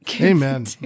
Amen